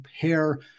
pair